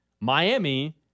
Miami